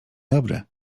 dobry